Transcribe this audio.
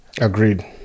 Agreed